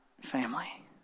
family